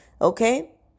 okay